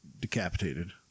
decapitated